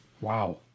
Wow